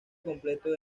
completo